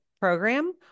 program